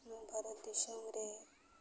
ᱵᱷᱟᱨᱚᱛ ᱫᱤᱥᱚᱢ ᱨᱮ